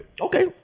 okay